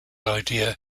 idea